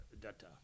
data